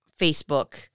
Facebook